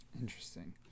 Interesting